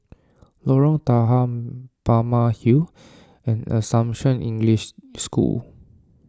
Lorong Tahar Balmeg Hill and Assumption English School